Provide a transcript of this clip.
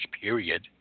period